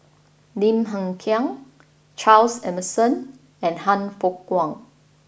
Lim Hng Kiang Charles Emmerson and Han Fook Kwang